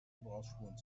gebrauchsspuren